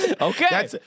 Okay